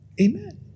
Amen